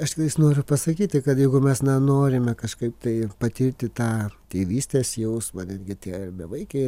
aš tiktais noriu pasakyti kad jeigu mes na norime kažkaip tai patirti tą tėvystės jausmą netgi tie bevaikiai